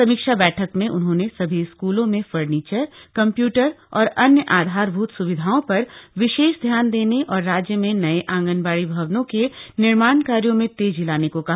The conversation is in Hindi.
समीक्षा बैठक में उन्होंने सभी स्कूलों में फर्नीचर कम्प्यूटर और अन्य आधारभूत स्विधाओं पर विशेष ध्यान देने और राज्य में नये आंगनबाड़ी भवनों के निर्माण कार्यों में तेजी लाने को कहा